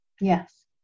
Yes